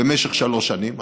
במשך שלוש שנים,